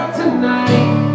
tonight